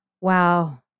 Wow